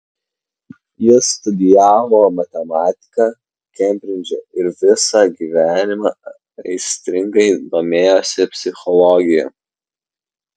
jis studijavo matematiką kembridže ir visą gyvenimą aistringai domėjosi psichologija